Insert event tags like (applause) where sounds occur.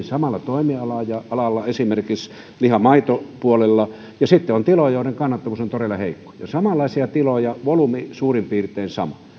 (unintelligible) samalla toimialalla esimerkiksi liha tai maitopuolella jotkut pärjäävät hyvin ja sitten on tiloja joiden kannattavuus on todella heikko samanlaisia tiloja volyymi suurin piirtein sama